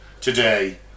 today